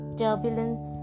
turbulence